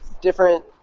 different